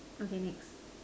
okay next